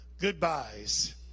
goodbyes